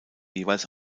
jeweils